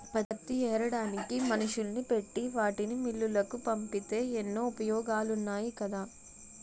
పత్తి ఏరడానికి మనుషుల్ని పెట్టి వాటిని మిల్లులకు పంపితే ఎన్నో ఉపయోగాలున్నాయి కదా